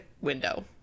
window